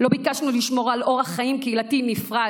לא ביקשנו לשמור על אורח חיים קהילתי נפרד